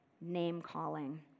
name-calling